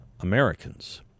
Americans